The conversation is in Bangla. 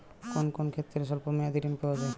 কোন কোন ক্ষেত্রে স্বল্প মেয়াদি ঋণ পাওয়া যায়?